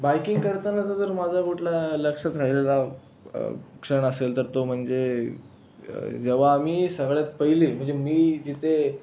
biking करतानाचा जर माझा कुठला लक्षात राहिलेला क्षण असेल तर तो म्हणजे जेव्हा आम्ही सगळ्यात पहिली म्हणजे मी जिथे